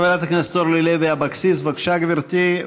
חברת הכנסת אורלי לוי אבקסיס, בבקשה, גברתי.